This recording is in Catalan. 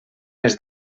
les